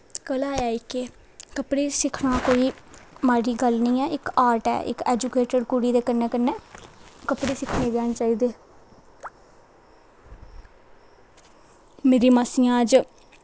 कला ऐ इक एह् कपड़े सिक्खना कोई माड़ी गल्ल निं ऐ इक आर्ट ऐ इक ऐजुकेटिड़ कुड़ी दे कन्नै कन्नै कपड़े सीने बी आने चाहिदे मेरी मासियां अज्ज